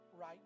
right